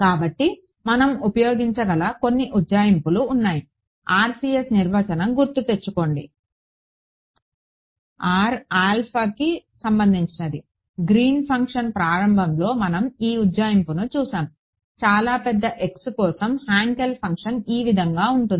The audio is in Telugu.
కాబట్టి మనం ఉపయోగించగల కొన్ని ఉజ్జాయింపులు ఉన్నాయి RCS నిర్వచనం గుర్తు తెచ్చుకోండి గ్రీన్ ఫంక్షన్ ప్రారంభంలోనే మనం ఈ ఉజ్జాయింపుని చూసాము చాలా పెద్ద x కోసం హాంకెల్ ఫంక్షన్ ఈ విధంగా ఉంటుంది